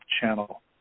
channel